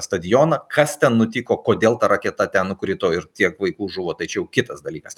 stadioną kas ten nutiko kodėl ta raketa ten nukrito ir tiek vaikų žuvo tai čia jau kitas dalykas